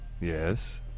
Yes